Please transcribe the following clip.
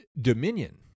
dominion